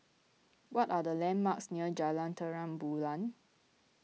what are the landmarks near Jalan Terang Bulan